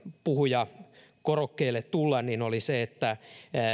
puhujakorokkeelle tulla oli se että